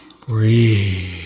breathe